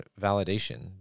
validation